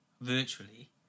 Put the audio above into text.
virtually